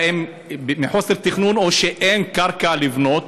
מחוסר תכנון או שאין קרקע לבנות?